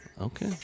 Okay